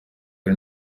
ari